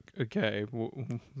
Okay